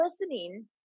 listening